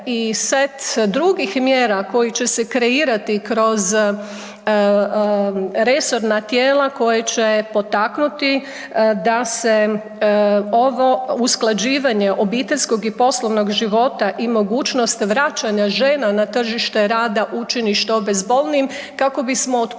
i set drugih mjera koji će se kreirati kroz resorna tijela koje će potaknuti da se ovo usklađivanje obiteljskog i poslovnog života i mogućnost vraćanja žena na tržište rada učini što bezbolnijim kako bismo otklonili